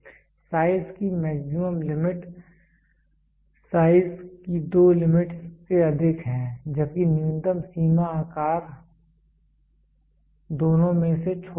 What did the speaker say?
size की maximum limit size की दो लिमिटस् से अधिक है जबकि न्यूनतम सीमा आकार दोनों में से छोटा है